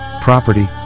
property